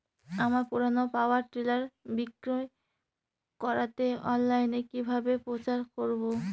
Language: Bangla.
আমার পুরনো পাওয়ার টিলার বিক্রি করাতে অনলাইনে কিভাবে প্রচার করব?